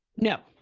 know?